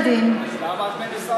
חברי הכנסת ממרצ,